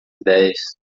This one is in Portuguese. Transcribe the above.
ideias